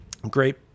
great